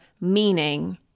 meaning